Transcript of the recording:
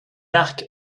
arc